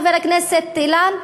חבר הכנסת אילן,